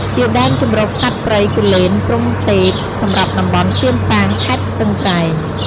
ជាដែនជម្រកសត្វព្រៃគូលែនព្រហ្មទេព សម្រាប់តំបន់សៀមប៉ាង ខេត្តស្ទឹងត្រែង។